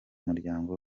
muryango